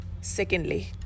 secondly